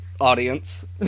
audience